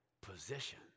position